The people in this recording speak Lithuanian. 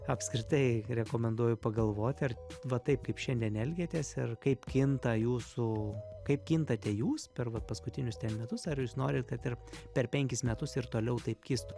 apskritai rekomenduoju pagalvot ar va taip kaip šiandien elgiatės ir kaip kinta jūsų kaip kintate jūs per va paskutinius metus ar jūs norit kad ir per penkis metus ir toliau taip kistų